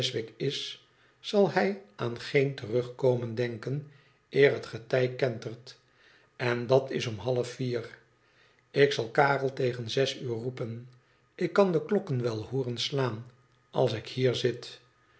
is zal hij aan geen terugkomen denken eer het getij kentert en dat is om half vier ik zal karel tegen zes uur roepen ik kan de klokken wel booren slaan als ik bier zit